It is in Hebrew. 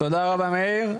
אוקיי, תודה רבה מאיר.